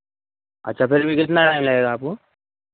अच्छा फिर भी कितना टाइम लगेगा आपको